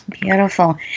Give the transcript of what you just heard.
Beautiful